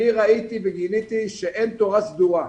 אני ראיתי וגיליתי שאין תורה סדורה.